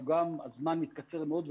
גם הזמן מתקצר מאוד,